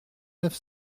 neuf